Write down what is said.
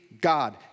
God